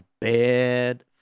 bad